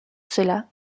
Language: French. cela